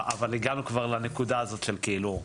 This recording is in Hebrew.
אבל הגענו כבר לנקודה הזאת, שכאילו,